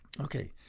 Okay